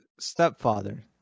Stepfather